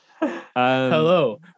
Hello